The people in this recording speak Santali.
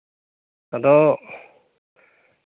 ᱟᱫᱚ